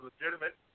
legitimate